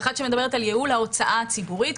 ואחת שמדברת על ייעול ההוצאה הציבורית.